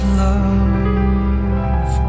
love